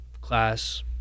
class